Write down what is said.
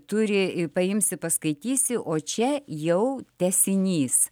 turi paimsi paskaitysi o čia jau tęsinys